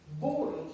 borders